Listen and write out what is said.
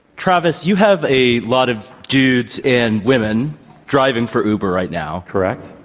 travis, you have a lot of dudes and women driving for uber right now. correct.